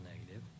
negative